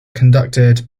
conducted